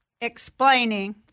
explaining –